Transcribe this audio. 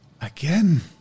again